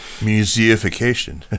Museification